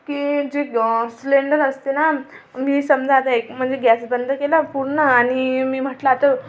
की जे ग सिलेंडर असते ना मी समजा आता एक म्हणजे गॅस बंद केला पूर्ण आणि मी म्हटलं आता